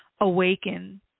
awaken